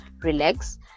RELAX